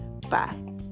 Bye